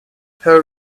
her